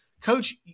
coach